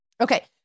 Okay